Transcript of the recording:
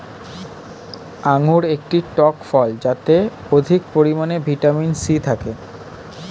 আঙুর একটি টক ফল যাতে অধিক পরিমাণে ভিটামিন সি থাকে